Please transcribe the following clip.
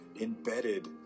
embedded